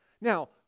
Now